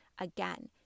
Again